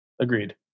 Agreed